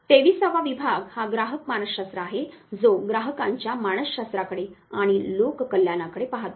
23 वा विभाग हा ग्राहक मानसशास्त्र आहे जो ग्राहकांच्या मानसशास्त्राकडे आणि लोक कल्याणाकडे पाहतो